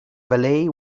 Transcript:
valley